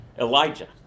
Elijah